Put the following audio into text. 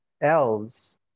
elves